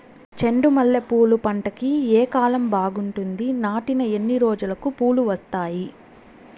చెండు మల్లె పూలు పంట కి ఏ కాలం బాగుంటుంది నాటిన ఎన్ని రోజులకు పూలు వస్తాయి